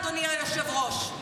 אדוני היושב-ראש.